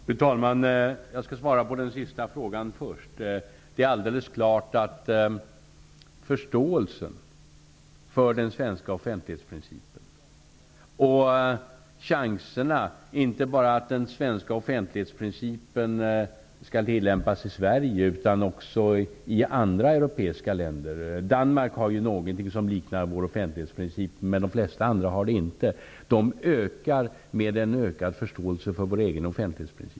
Fru talman! Jag skall svara på den sista frågan först. Det är alldeles klart att förståelsen för den svenska offentlighetsprincipen ökar. Därmed ökar chanserna för att den skall tillämpas inte bara i Sverige utan också i andra europeiska länder -- Danmark har ju någonting som liknar vår offentlighetsprincip, men de flesta andra länder har det inte.